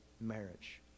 marriage